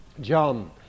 John